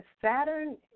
Saturn